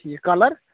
ٹھیٖک کلر